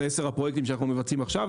עשרת הפרויקטים שאנחנו מבצעים עכשיו,